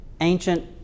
ancient